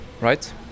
right